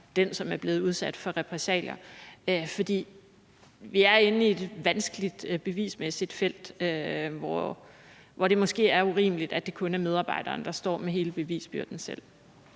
den, som er blevet udsat for repressalier? For vi er inde i et vanskeligt bevismæssigt felt, hvor det måske er urimeligt, er det kun er medarbejderen, der står med hele bevisbyrden selv.